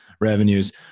revenues